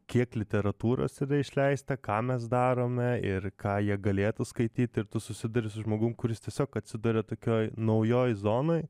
kiek literatūros yra išleista ką mes darome ir ką jie galėtų skaityti ir tu susiduri su žmogum kuris tiesiog atsiduria tokioj naujoj zonoj